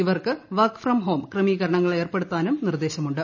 ഇവർക്ക് work from home ക്രമീകരണങ്ങൾ ഏർപ്പെടുത്താനും നിർദ്ദേശമുണ്ട്